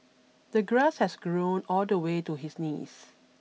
the grass had grown all the way to his knees